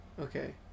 okay